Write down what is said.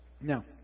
Now